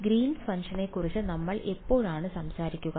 Green's ഫംഗ്ഷനുകളെക്കുറിച്ച് Green's function നമ്മൾ എപ്പോഴാണ് സംസാരിക്കുക